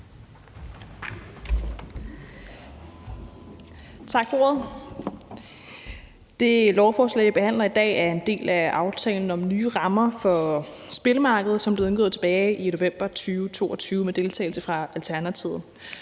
Tak for ordet. Det lovforslag, vi behandler i dag, er en del af aftalen om nye rammer for spilmarkedet, som blev indgået tilbage i november 2022 med deltagelse af Alternativet.